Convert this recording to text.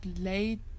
late